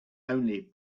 only